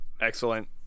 Excellent